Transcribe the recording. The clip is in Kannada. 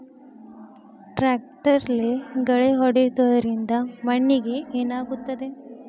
ಟ್ರಾಕ್ಟರ್ಲೆ ಗಳೆ ಹೊಡೆದಿದ್ದರಿಂದ ಮಣ್ಣಿಗೆ ಏನಾಗುತ್ತದೆ?